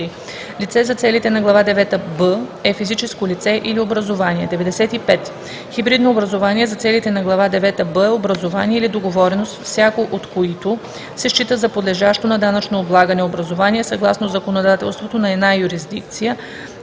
„Лице“ за целите на глава девета „б“ е физическо лице или образувание. 95. „Хибридно образувание“ за целите на глава девета „б“ е образувание или договореност, всяко от които се счита за подлежащо на данъчно облагане образувание съгласно законодателството на една юрисдикция